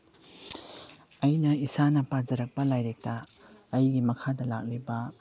ꯑꯩꯅ ꯏꯁꯥꯅ ꯄꯥꯖꯔꯛꯄ ꯂꯥꯏꯔꯤꯛꯇ ꯑꯩꯒꯤ ꯃꯈꯥꯗ ꯂꯥꯛꯂꯤꯕ